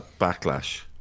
Backlash